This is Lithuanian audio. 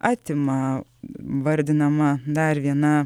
atima vardinama dar viena